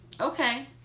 Okay